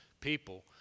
people